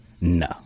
No